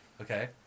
Okay